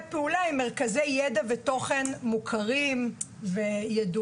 פעולה עם מרכזי ידע ותוכן מוכרים וידועים.